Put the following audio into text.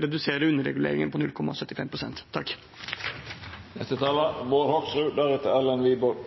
redusere underreguleringen på